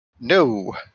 No